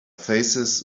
faces